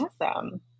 awesome